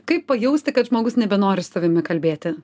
kaip pajausti kad žmogus nebenori su tavimi kalbėti